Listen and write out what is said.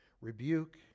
rebuke